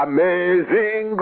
Amazing